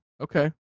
Okay